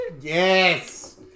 Yes